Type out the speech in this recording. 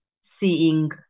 seeing